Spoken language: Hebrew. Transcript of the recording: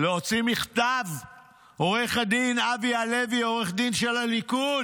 להוציא מכתב מעו"ד אבי הלוי, עורך הדין של הליכוד,